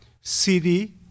CD